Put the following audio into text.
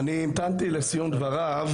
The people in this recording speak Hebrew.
אני המתנתי לסיום דבריו,